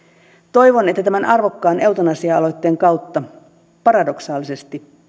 toivon että tämän arvokkaan eutanasia aloitteen kautta paradoksaalisesti